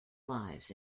lives